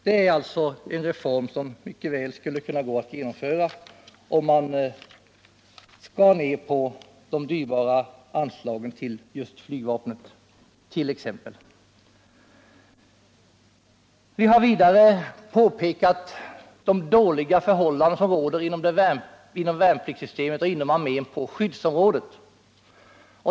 Det är alltså en reform som mycket väl skulle kunna gå att genomföra, om man skar ner på de dyrbara anslagen till t.ex. flygvapnet. Vi har vidare påpekat de dåliga förhållanden som inom värnpliktssystemet och inom armén råder på skyddsområdet.